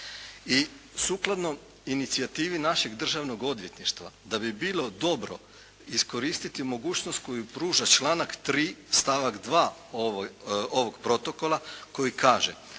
I sukladno inicijativi našeg Državnog odvjetništva da bi bilo dobro iskoristiti mogućnost koju pruža članak 3. stavak 2. ovog protokola koji kaže